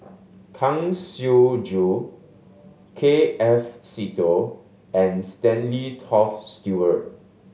Kang Siong Joo K F Seetoh and Stanley Toft Stewart